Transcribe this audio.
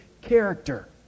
character